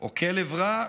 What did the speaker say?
או כלב רע,